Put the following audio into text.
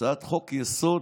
הצעת חוק-יסוד: